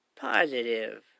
positive